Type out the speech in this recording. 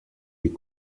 est